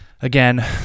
again